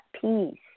peace